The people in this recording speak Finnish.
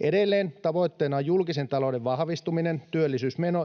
Edelleen tavoitteena on julkisen talouden vahvistuminen